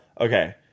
Okay